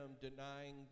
denying